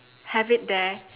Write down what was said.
have it there